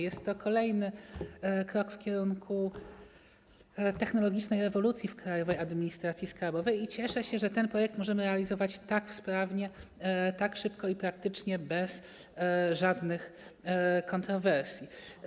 Jest to kolejny krok w kierunku technologicznej rewolucji w Krajowej Administracji Skarbowej i cieszę, że ten projekt możemy realizować tak sprawnie, tak szybko i praktycznie bez żadnych kontrowersji.